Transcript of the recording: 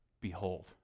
behold